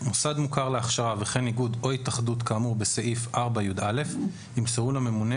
מוסד מוכר להכשרה וכן איגוד או התאחדות כאמור בסעיף 4יא ימסרו לממונה